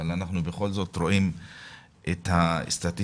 אבל בכל זאת אנחנו רואים את הסטטיסטיקה.